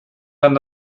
dann